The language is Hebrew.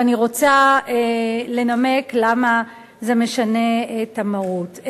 ואני רוצה לנמק למה זה משנה את המהות.